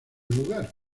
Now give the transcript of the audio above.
lugar